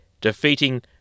defeating